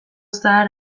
zahar